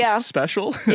special